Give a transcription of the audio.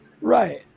Right